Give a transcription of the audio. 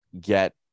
get